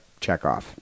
checkoff